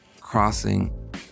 Crossing